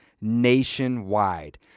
nationwide